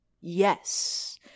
yes